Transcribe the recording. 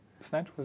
Snatch